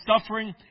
suffering